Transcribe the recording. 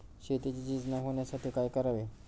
शेतीची झीज न होण्यासाठी काय करावे?